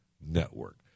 Network